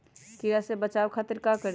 कीरा से बचाओ खातिर का करी?